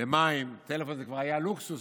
למים, טלפון זה כבר היה לוקסוס.